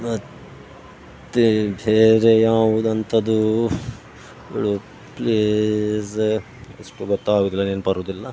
ಮತ್ತು ವಿಶೇಷ ಯಾವ್ದು ಅಂಥದ್ದು ಪ್ಲೇಸ್ ಅಷ್ಟು ಗೊತ್ತಾಗುವುದಿಲ್ಲ ನೆನ್ಪು ಬರುವುದಿಲ್ಲ